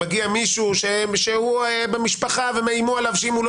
מגיע מישהו שהוא במשפחה ואיימו עליו שאם לא